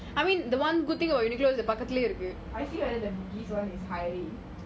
I see whether the bugis one is hiring